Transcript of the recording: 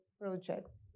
projects